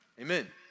Amen